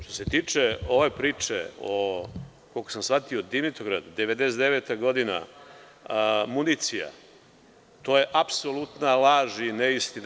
Što se tiče ove priče o, koliko sam shvatio Dimitrovgradu, 1999. godina, municija, to je apsolutna laž i neistina.